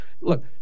Look